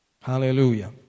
Hallelujah